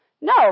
No